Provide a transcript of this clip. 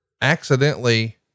accidentally